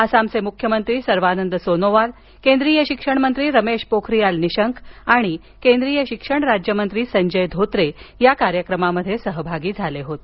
आसामचे मुख्यमंत्री सर्वानंद सोनोवाल केंद्रीय शिक्षण मंत्री रमेश पोख्रीयाल निशंक आणि केंद्रीय शिक्षण राज्य मंत्री संजय धोत्रे या कार्यक्रमामध्ये सहभागी झाले होते